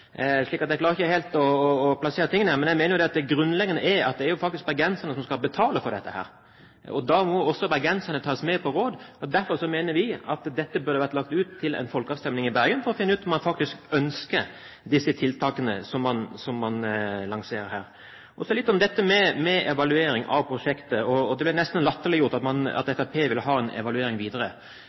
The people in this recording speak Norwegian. at vi ikke er modige som går imot folket. Jeg klarer ikke helt å plassere tingene her. Men jeg mener det grunnleggende er at det faktisk er bergenserne som skal betale for dette. Da må også bergenserne tas med på råd. Derfor mener vi at dette burde vært lagt ut til en folkeavstemning i Bergen for å finne ut om man faktisk ønsker de tiltakene som man lanserer her. Så litt om dette med evaluering av prosjektet, og det blir nesten latterliggjort at Fremskrittspartiet vil ha en evaluering videre.